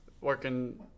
Working –